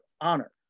honor